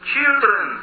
Children